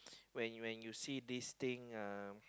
when when you see this thing uh